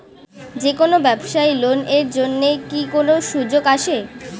যে কোনো ব্যবসায়ী লোন এর জন্যে কি কোনো সুযোগ আসে?